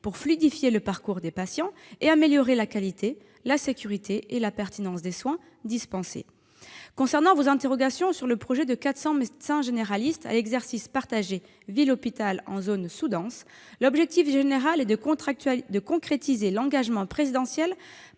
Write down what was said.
pour fluidifier le parcours des patients et améliorer la qualité, la sécurité et la pertinence des soins dispensés. Concernant vos interrogations sur le projet de 400 médecins généralistes à exercice partagé entre la ville et l'hôpital en zone sous-dense, l'objectif général est de concrétiser l'engagement présidentiel